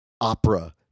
opera